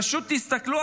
פשוט תסתכלו.